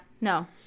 no